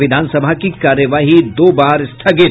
विधानसभा की कार्यवाही दो बार स्थगित